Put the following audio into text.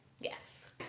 Yes